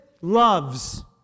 loves